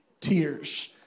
tears